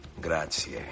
Grazie